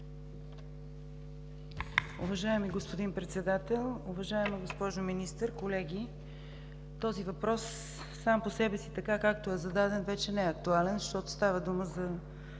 Уважаеми господин Председател, уважаема госпожо Министър, колеги! Този въпрос сам по себе си така, както е зададен, вече не е актуален, защото става дума за